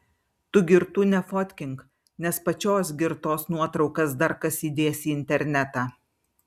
tu girtų nefotkink nes pačios girtos nuotraukas dar kas įdės į internetą